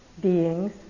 beings